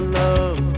love